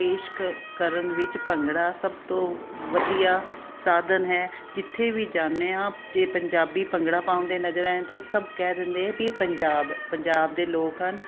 ਪੇਸ਼ ਕਰ ਕਰਨ ਵਿੱਚ ਭੰਗੜਾ ਸਭ ਤੋਂ ਵਧੀਆ ਸਾਧਨ ਹੈ ਜਿੱਥੇ ਵੀ ਜਾਂਦੇ ਹਾਂ ਜੇ ਪੰਜਾਬੀ ਭੰਗੜਾ ਪਾਉਂਦੇ ਨਜ਼ਰ ਆ ਜਾਂਦੇ ਤਾਂ ਸਭ ਕਹਿ ਦਿੰਦੇ ਵੀ ਇਹ ਪੰਜਾਬ ਹੈ ਪੰਜਾਬ ਦੇ ਲੋਕ ਹਨ